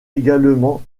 également